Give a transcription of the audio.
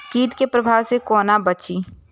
कीट के प्रभाव से कोना बचीं?